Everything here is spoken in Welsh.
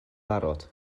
barod